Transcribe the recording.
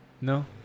No